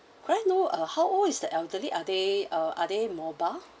could I know uh how old is the elderly are they uh are they mobile